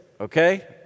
okay